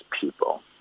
people